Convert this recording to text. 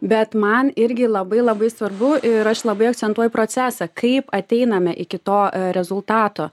bet man irgi labai labai svarbu ir aš labai akcentuoju procesą kaip ateiname iki to rezultato